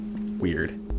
weird